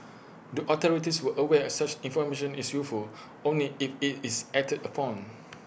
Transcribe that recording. the authorities were aware such information is useful only if IT is acted upon